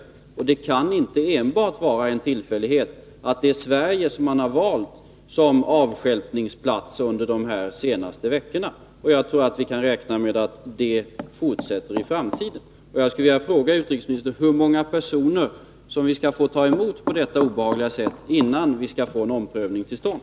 Det kan inte enbart vara en tillfällighet att det är Sverige som man har valt som avstjälpningsplats under de senaste veckorna. Jag tror att vi kan räkna med att man fortsätter med det i framtiden. Jag skulle vilja fråga utrikesministern hur många personer som vi skall behöva ta emot på detta obehagliga sätt, innan vi får en omprövning till stånd.